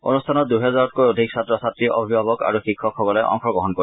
অনুষ্ঠানত দুহাজাৰতকৈও অধিক ছাত্ৰ ছাত্ৰী অভিভাৱক আৰু শিক্ষকসকলে অংশগ্ৰহণ কৰিব